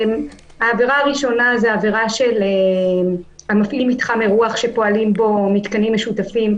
העבירה הראשונה היא של המפעיל מתחם אירוח שפועלים בו מתקנים משותפים,